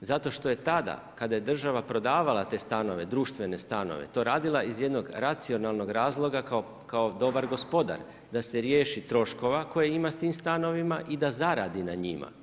zato što je tada kada je država prodavala te stanove, društvene stanove to radila iz jednog racionalnog razloga kao dobar gospodar, da se riješi troškova koje ima s tim stanovima i da zaradi na njima.